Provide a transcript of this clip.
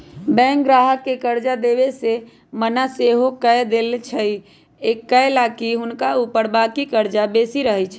bank गाहक के कर्जा देबऐ से मना सएहो कऽ देएय छइ कएलाकि हुनका ऊपर बाकी कर्जा बेशी रहै छइ